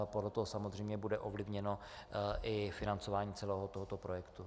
Podle toho samozřejmě bude ovlivněno i financování celého tohoto projektu.